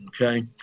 Okay